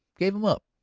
gave em up.